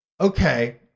Okay